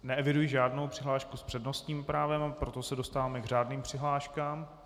Neeviduji žádnou přihlášku s přednostním právem, a proto se dostáváme k řádným přihláškám.